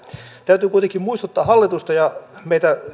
täytyy kuitenkin muistuttaa hallitusta ja meitä